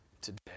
today